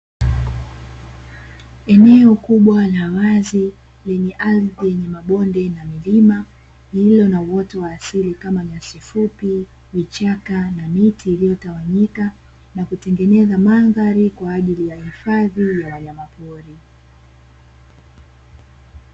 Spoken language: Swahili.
Eneo kubwa la wazi lenye ardhi yenye mabonde na milima, lililo na uoto wa asili kama nyasi fupi, vichaka, na miti iliyotawanyika na kutengeneza mandhari kwaajili ya hifadhi ya wanyamapori.